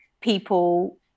people